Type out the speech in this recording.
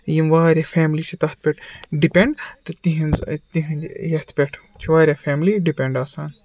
یِم واریاہ فیملی چھِ تَتھ پٮ۪ٹھ ڈِپٮ۪نٛڈ تہٕ تِہنٛز تِہنٛدِ یَتھ پٮ۪ٹھ چھِ واریاہ فیملی ڈِپٮ۪نٛڈ آسان